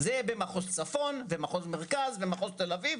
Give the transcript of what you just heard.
זה במחוז צפון ומחוז מרכז ומחוז תל אביב,